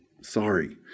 sorry